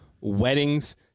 weddings